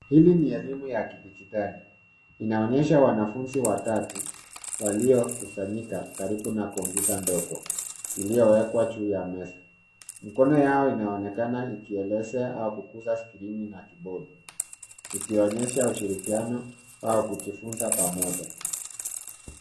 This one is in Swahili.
Hili ni elimu ya kidigitali, inaonyesha wanafunzi watatu, walio kusanyika karibu na kompyuta ndogo ilioyowekwa juu ya meza. Mkono yao inaonekana ikieleza au kuguza skrini na kibodi, ikionyesha ushirikiano au kujifunza pamoja.